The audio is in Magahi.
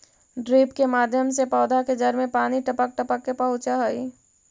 ड्रिप के माध्यम से पौधा के जड़ में पानी टपक टपक के पहुँचऽ हइ